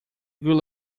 good